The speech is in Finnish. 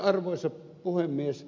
arvoisa puhemies